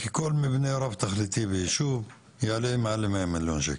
כי כל מבנה רב תכליתי ביישוב יעלה מעל ל-100 מיליון שקל.